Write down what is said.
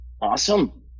Awesome